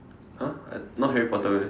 !huh! I not Harry Potter meh